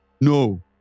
no